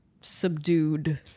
subdued